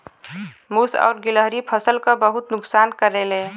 मुस और गिलहरी फसल क बहुत नुकसान करेले